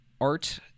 Art